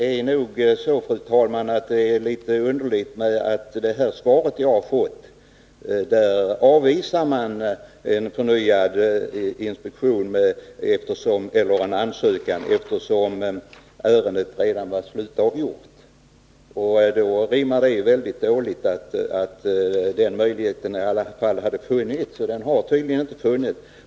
Fru talman! Det svar jag har fått är litet underligt. Enligt det har man avvisat en ansökan om förnyad inspektion, eftersom ärendet redan var slutligt avgjort. Det rimmar dåligt med påståendet att den möjligheten hade funnits. Den har tydligen inte funnits.